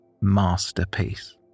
masterpiece